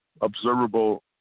observable